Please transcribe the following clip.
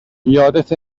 یادت